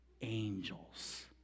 angels